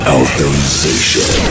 authorization